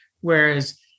whereas